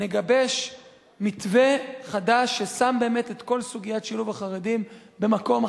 נגבש מתווה חדש ששם באמת את כל סוגיית שילוב החרדים במקום אחר.